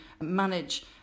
manage